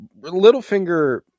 Littlefinger